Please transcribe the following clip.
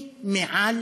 היא מעל,